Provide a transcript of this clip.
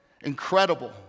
incredible